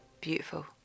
beautiful